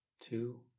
two